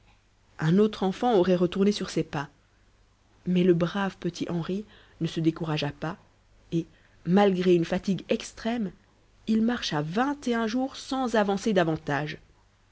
un autre enfant aurait retourné sur ses pas mais le brave petit henri ne se découragea pas et malgré une fatigue extrême il marcha vingt et un jours sans avancer davantage